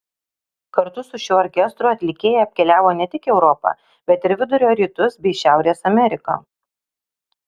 kartu su šiuo orkestru atlikėja apkeliavo ne tik europą bet ir vidurio rytus bei šiaurės ameriką